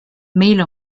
meil